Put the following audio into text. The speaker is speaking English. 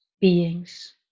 beings